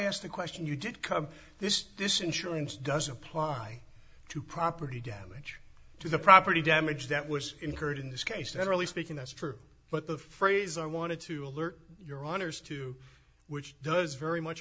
asked the question you did come to this this insurance doesn't apply to property damage to the property damage that was incurred in this case generally speaking that's true but the phrase i wanted to alert your honour's to which does very much